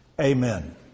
Amen